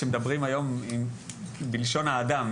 כשמדברים בלשון האדם,